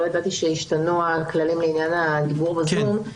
לא ידעתי שהשתנו הכללים לעניין הדיבור ב-זום.